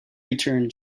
return